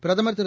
பிரதமர் திரு